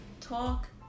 talk